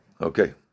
Okay